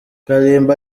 kalimba